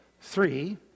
three